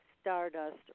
Stardust